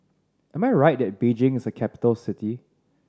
am I right that Beijing is a capital city